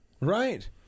Right